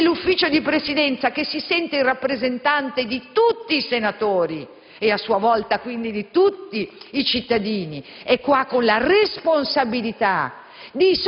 Il Consiglio di Presidenza, che si sente rappresentante di tutti i senatori e a sua volta quindi di tutti cittadini, ha la responsabilità